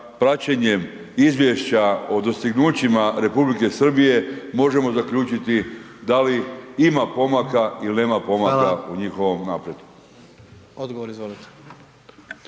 praćenjem izvješća o dostignućima Republike Srbije možemo zaključiti da li ima pomaka ili nema pomaka u njihovom napretku.